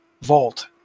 Vault